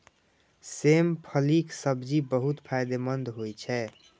सेम फलीक सब्जी बहुत फायदेमंद होइ छै